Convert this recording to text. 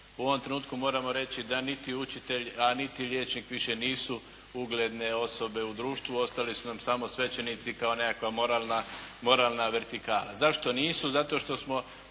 U ovom trenutku moramo reći da niti učitelj, a niti liječnik više nisu ugledne osobe u društvu, ostali su nam samo svećenici kao nekakva moralna vertikala. Zašto nisu? Zato što smo